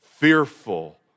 fearful